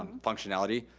functionality.